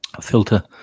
filter